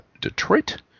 Detroit